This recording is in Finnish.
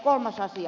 kolmas asia